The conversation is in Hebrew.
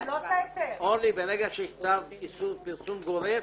אורלי, ברגע שהסתרת איסור פרסום גורף,